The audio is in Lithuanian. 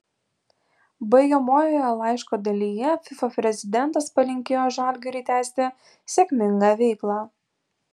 baigiamojoje laiško dalyje fifa prezidentas palinkėjo žalgiriui tęsti sėkmingą veiklą